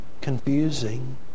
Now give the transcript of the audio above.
confusing